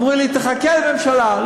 אמרו לי: תחכה לממשלה.